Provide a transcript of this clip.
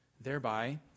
thereby